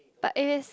but it is